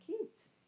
kids